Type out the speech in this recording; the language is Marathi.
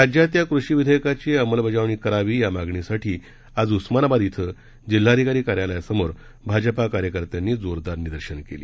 राज्यात या कृषी विधेयकाची अंमलबजावणी करण्यात यावी या मागणीसाठी आज उस्मानाबाद क्षे जिल्हाधिकारी कार्यालयासमोर भाजपा कार्यकर्त्यांनी जोरदार निदर्शन केलं